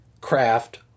craft